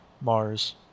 Mars